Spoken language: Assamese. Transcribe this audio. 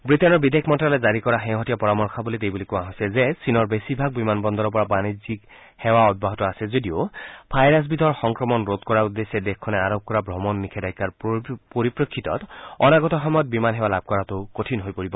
ৱিটেইনৰ বিদেশ মন্ত্যালয়ে জাৰি কৰা শেহতীয়া পৰামৰ্শৱলীত এই বুলি কোৱা হৈছে যে চীনৰ বেছিভাগ বিমান বন্দৰৰ পৰা বাণিজ্যিক সেৱা অব্যাহত আছে যদিও ভাইৰাছবিধৰ সংক্ৰমণ ৰোধ কৰাৰ উদ্দেশ্যে দেশখনে আৰোপ কৰা ভ্ৰমণ নিষেধাজ্ঞাৰ পৰিপ্ৰেক্ণিতত অনাগত সময়ত বিমান সেৱা লাভ কৰাটো কঠিন হৈ পৰিব